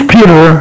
Peter